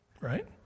right